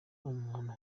umuntu